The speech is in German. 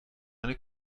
eine